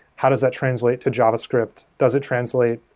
how does that translate to javascript? does it translate?